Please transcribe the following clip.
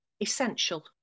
essential